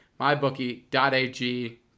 mybookie.ag